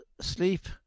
sleep